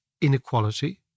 inequality